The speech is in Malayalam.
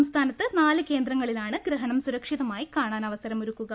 സംസ്ഥാനത്ത് നാല് കേന്ദ്രങ്ങളിലാണ് ഗ്രഹണം സുരക്ഷിതമായി കാണാൻ അവസരമൊരുക്കു ക